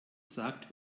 sagt